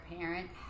parent